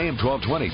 AM-1220